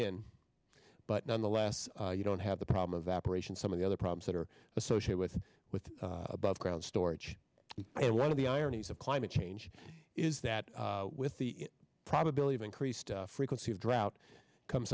in but nonetheless you don't have the problem of operation some of the other problems that are associated with above ground storage and one of the ironies of climate change is that with the probability of increased frequency of drought comes